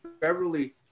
Beverly